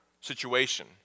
situation